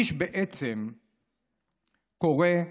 מי שקורא,